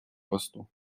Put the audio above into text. посту